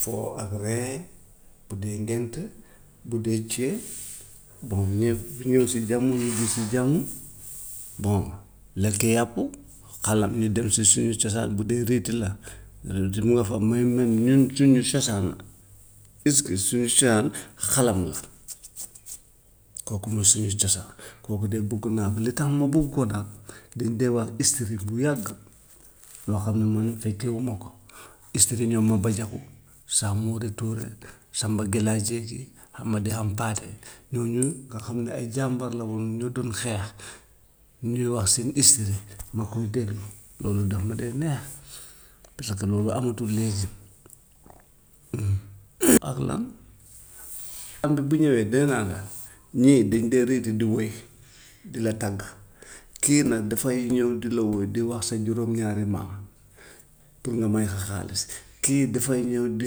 Fo ak ree bu dee ngénte, bu dee céet bu ñe- bu ñëwee si jàmm, ñibbi si jàmm, bon lekk yàpp, xalam ñu dem si suñu cosaan bu dee riiti la loolu de moo xam mais même même suñu cosaan la, puisque suñu cosaan xalam la, kooku mooy suñu cosaan, kooku de bugg naa ko. Li tax ma bugg ko nag, dañ dee wax history lu yàgg, loo xam ne man fekkeewuma ko. History ñoom maba diakhou, samory touré, samba gallaye diedie, amady hampathé ñooñu nga xam ne ay jàmbar la woon ñoo doon xeex, ñu ñuy wax seen history ma koy déglu loolu daf ma dee neex, parce que loolu amatut léegi. Ak lan am na bu ñëwee day naan la ñii dañ dee riiti di woy, di la tagg, kii nag dafay ñëw di la woo di wax sa juróom-ñaari maam pour nga may ko xaalis. Kii dafay ñëw di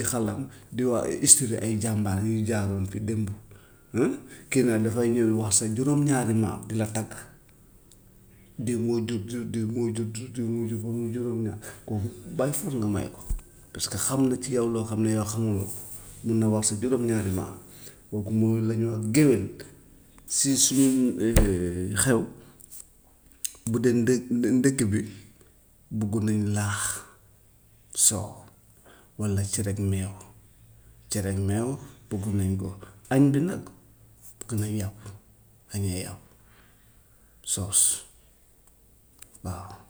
xalam, di wax ay history ay jàmbaar yooyu jaaroon fi démb, kii nag dafay ñëw wax sa juróom-ñaari maam di la tagg, diw moo jur diw, diw moo jur diw, diw moo jur diw ba muy juróom-ñaar, kooku by force nga may ko, parce que xam na ci yow loo xam ne yow xamuloo ko, mun na wax sa juróom-ñaari maam, kooku moom lañuy wax géwél si suñu xew bu dee ndé- ndé- ndékki bi bugg nañ laax, soow, walla cereeg meew, cereeg meew bugg nañ ko, añ bi nag bugg nañ yàpp ak yeew soos waaw.